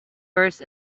bursts